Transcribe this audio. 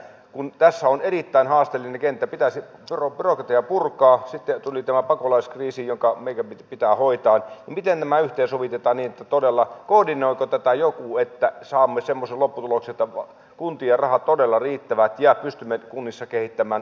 kun tässä on erittäin haasteellinen kenttä pitäisi byrokratiaa purkaa sitten tuli tämä pakolaiskriisi joka meidän pitää hoitaa niin miten nämä yhteensovitetaan ja koordinoiko tätä todella joku että saamme semmoisen lopputuloksen että kuntien rahat todella riittävät ja pystymme kunnissa kehittämään kuntalaisille yhä parempia palveluita